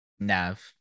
Nav